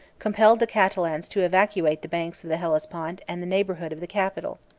compelled the catalans to evacuate the banks of the hellespont and the neighborhood of the capital.